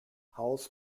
house